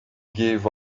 gave